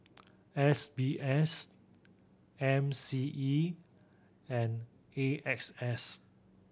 S B S M C E and A X S